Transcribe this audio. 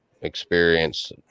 experience